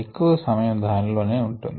ఎక్కువ సమయం దానిలోనే ఉంటుంది